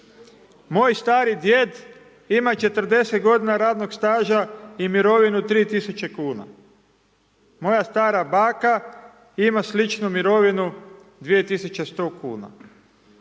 Moj stari djed ima 40 godina radnog staža i mirovinu 3.000,00 kn. Moja stara baka ima sličnu mirovinu 2.100,00 kn.